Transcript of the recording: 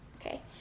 Okay